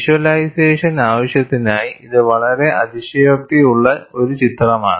visualisation ആവശ്യത്തിനായി ഇത് വളരെ അതിശയോക്തി ഉള്ള ഒരു ചിത്രമാണ്